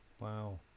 wow